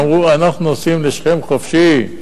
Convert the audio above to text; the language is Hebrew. אמרו: אנחנו נוסעים לשכם חופשי,